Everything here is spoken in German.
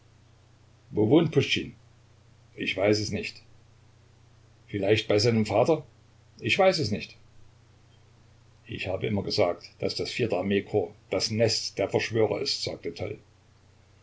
wohnt puschtschin ich weiß es nicht vielleicht bei seinem vater ich weiß es nicht ich habe immer gesagt daß das vierte armee das nest der verschwörer ist sagte